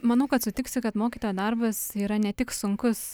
manau kad sutiksi kad mokytojo darbas yra ne tik sunkus